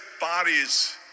bodies